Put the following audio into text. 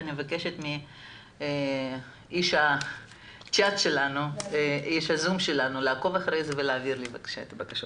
אני מבקשת מאיש הזום שלנו לעקוב אחרי זה ולהעביר לי את הבקשות.